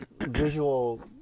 visual